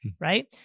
right